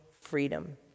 freedom